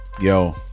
Yo